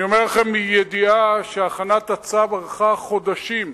אני אומר לכם מידיעה, שהכנת הצו ארכה חודשים.